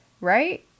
right